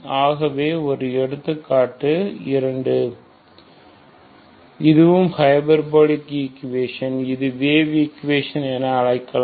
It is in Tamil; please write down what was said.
ஆகவே இது எடுத்துக்காட்டு 2 இதுவும் ஹைபர்போலிக் ஈக்குவேஷன் இது வேவ் ஈக்குவேஷன் என அழைக்கலாம்